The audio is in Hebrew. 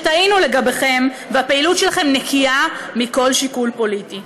שטעינו לגביכם והפעילות שלכם נקייה מכל שיקול פוליטי.